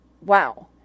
wow